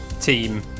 Team